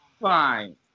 Fine